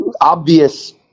obvious